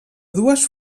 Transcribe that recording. dues